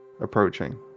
approaching